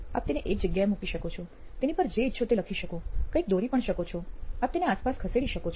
આપ તેને એક જગ્યાએ મૂકી શકો છો તેની પર જે ઈચ્છો તે લખી શકો કઈંક દોરી પણ શકો છો આપ તેને આસપાસ ખસેડી શકો છો